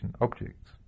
objects